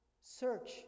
search